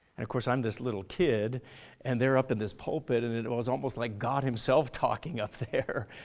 and of course i'm this little kid and they're up in this pulpit and it was almost like god himself talking up there.